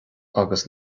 agus